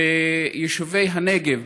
ביישובי הנגב,